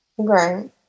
Right